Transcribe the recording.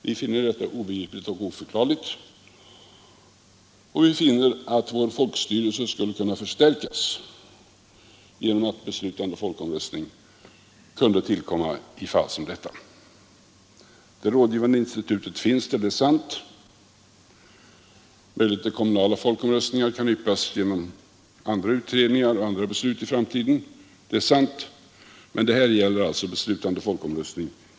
Vi finner detta obegripligt och oförklarligt, och vi menar att vår folkstyrelse skulle kunna förstärkas genom att beslutande folkomröstning kunde tillkomma i fall som detta. Det rådgivande institutet finns, det är sant. Möjligheter till kommunala folkomröstningar kan yppas genom andra utredningar Reservation nr 16 handlar om statschefens funktioner.